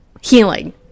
healing